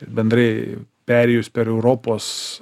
ir bendrai perėjus per europos